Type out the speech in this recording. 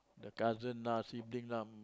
the cousin lah sibling lah